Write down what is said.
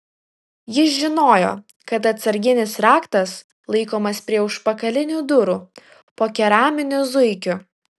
jis žinojo kad atsarginis raktas laikomas prie užpakalinių durų po keraminiu zuikiu